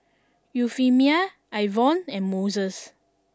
Euphemia Ivonne and Moses